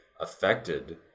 affected